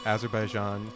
Azerbaijan